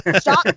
Stop